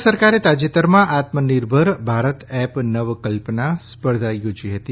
કેન્પ સરકારે તાજેતરમાં આત્મનિર્ભર ભારત એપ નવકલ્પનાં સ્પર્ધા યોજી હતી